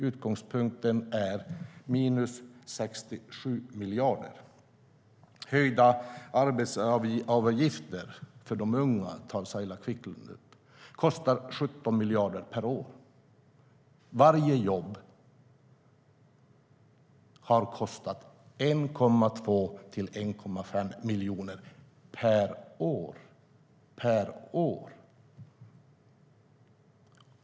Utgångspunkten är alltså minus 67 miljarder. Höjda arbetsgivaravgifter för de unga, som Saila Quicklund tar upp, kostar 17 miljarder per år. Varje jobb har kostat 1,2-1,5 miljoner per år.